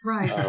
Right